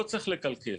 לא צריך לקלקל.